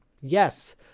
Yes